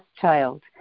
child